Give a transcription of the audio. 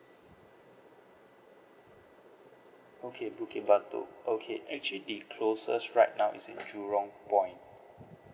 okay bukit batok okay actually the closest right now is in jurong point